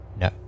No